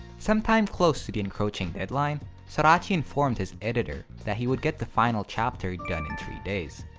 sometime close to the encroaching deadline, sorachi informed his editor that he would get the final chapter done in three days,